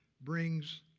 brings